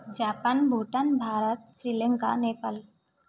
Japan Bhutan Bharat Sri Lanka Nepal